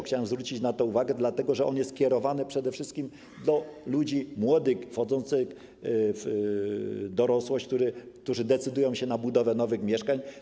Chciałem zwrócić na to uwagę, dlatego że jest on kierowany przede wszystkim do ludzi młodych, wchodzących w dorosłość, którzy decydują się na budowę nowych mieszkań.